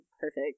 perfect